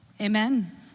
Amen